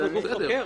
אנחנו גוף חוקר.